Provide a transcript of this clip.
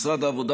משרד העבודה,